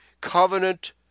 covenant